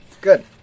Good